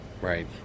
Right